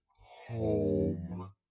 home